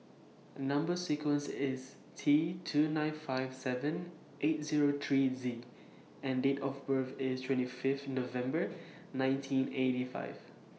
Number sequence IS T two nine five seven eight Zero three Z and Date of birth IS twenty Fifth November nineteen eighty five